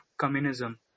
communism